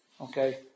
Okay